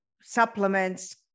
supplements